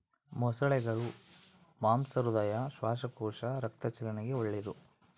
ಮೊಸಳೆಗುಳ ಮಾಂಸ ಹೃದಯ, ಶ್ವಾಸಕೋಶ, ರಕ್ತ ಚಲನೆಗೆ ಒಳ್ಳೆದು